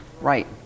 Right